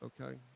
okay